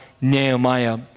Nehemiah